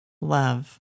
love